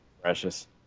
precious